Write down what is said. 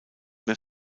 mehr